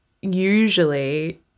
usually